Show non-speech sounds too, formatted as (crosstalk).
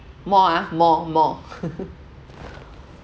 more ah more more (laughs)